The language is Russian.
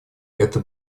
это